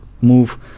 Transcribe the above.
move